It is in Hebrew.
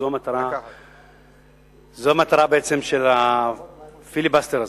זו בעצם המטרה של הפיליבסטר הזה.